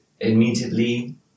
immediately